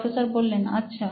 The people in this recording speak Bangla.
প্রফেসর আচ্ছা